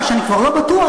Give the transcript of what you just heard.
מה שאני כבר לא בטוח,